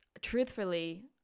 truthfully